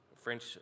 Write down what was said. French